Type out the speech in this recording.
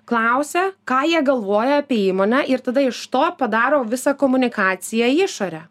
klausia ką jie galvoja apie įmonę ir tada iš to padaro visą komunikaciją į išorę